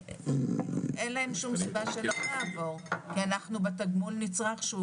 אין להם שום סיבה שלא לעבור כי בתגמול הנצרך,